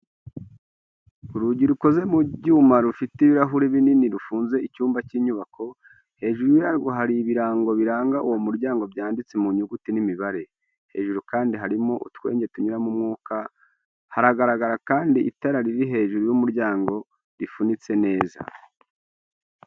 Urugi rukoze mu cyuma rufite ibirahuri binini rufunze icyumba cy'inyubako, hejuru yarwo hari ibirango biranga uwo muryango byanditse mu nyuguti n'imibare, hejuru kandi harimo utwenge tunyuramo umwuka, haragaraga kandi itara riri hejuru y'umuryango rifunitse neza.